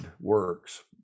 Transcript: works